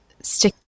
stick